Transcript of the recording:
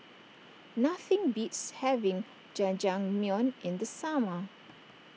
nothing beats having Jajangmyeon in the summer